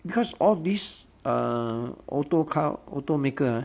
because all these err auto car automaker uh